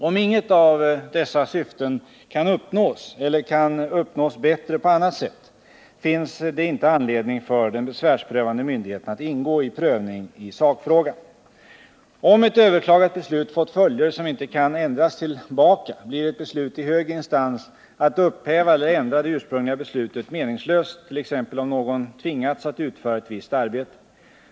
Om inget av dessa syften kan uppnås eller om syftet kan uppnås bättre på annat sätt finns det inte anledning för den besvärsprövande myndigheten att ingå i prövning av sakfrågan. Om ett överklagat beslut fått följder som inte kan ändras tillbaka blir ett beslut i högre instans att upphäva eller ändra det ursprungliga beslutet meningslöst, t.ex. om någon tvingats att utföra ett visst arbete.